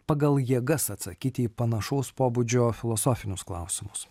pagal jėgas atsakyti į panašaus pobūdžio filosofinius klausimus